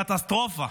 קטסטרופה.